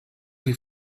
die